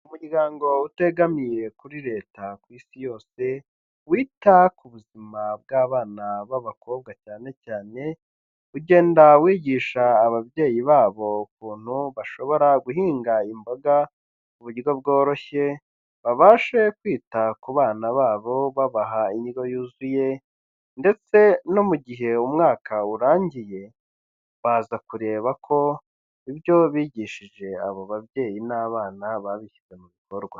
Umuryango utegamiye kuri leta ku isi yose wita ku buzima bw'abana b'abakobwa cyane cyane ugenda wigisha ababyeyi babo ukuntu bashobora guhingaboga uburyo bworoshye babashe kwita ku bana babo babaha indyo yuzuye ndetse no mu gihe umwaka urangiye, baza kureba ko ibyo bigishije abo babyeyi n'abana babishyize mu bikorwa.